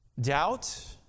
Doubt